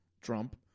Trump